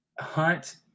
Hunt